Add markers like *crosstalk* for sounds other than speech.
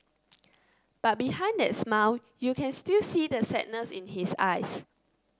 *noise* but behind that smile you can still see the sadness in his eyes